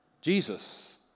Jesus